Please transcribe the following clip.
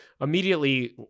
immediately